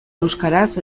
euskaraz